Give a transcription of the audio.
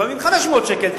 לפעמים ל-500 שקל,